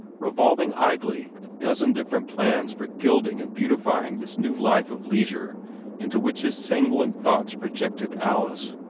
revolving idly a dozen different plans for gilding and beautifying this new life of leisure into which his sanguine thoughts projected alice.